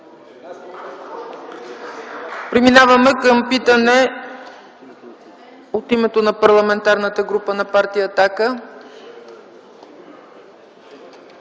Преминаваме към питане от името на Парламентарната група на Партия